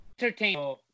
entertaining